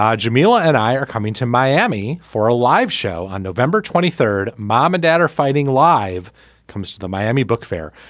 um jamilah and i are coming to miami for a live show on november twenty third mom and dad are fighting live comes to the miami book fair.